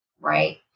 right